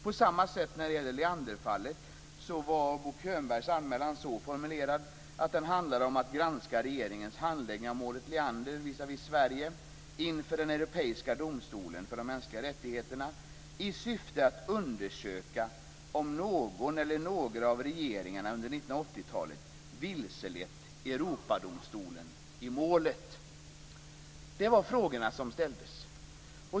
På samma sätt var Bo Könbergs anmälan om Leanderfallet så formulerad att den handlade om att granska regeringens handläggning av målet Leander visavi Sverige inför den europeiska domstolen för de mänskliga rättigheterna i syfte att undersöka om någon eller några av regeringarna under 1980-talet vilselett Europadomstolen i målet. Det var frågorna som ställdes.